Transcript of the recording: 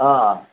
ಆಂ